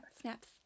Snaps